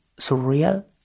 surreal